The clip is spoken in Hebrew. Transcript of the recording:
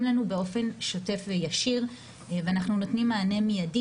לנו באופן שוטף וישיר ואנחנו נותנים מענה מידי,